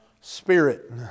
spirit